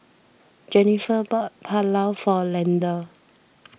Jenifer bought Pulao for Leander